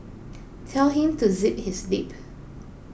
tell him to zip his lip